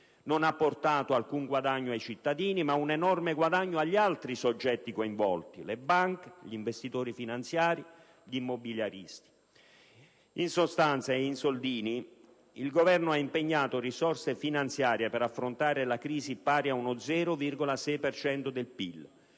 non ha portato alcun guadagno ai cittadini, ma un enorme guadagno agli altri soggetti coinvolti: le banche, gli investitori finanziari, gli immobiliaristi. In sostanza e in soldini, il Governo ha impegnato risorse finanziarie per affrontare la crisi pari allo 0,6 per